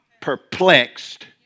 perplexed